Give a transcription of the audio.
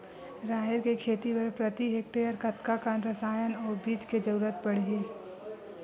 राहेर के खेती बर प्रति हेक्टेयर कतका कन रसायन अउ बीज के जरूरत पड़ही?